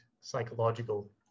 psychological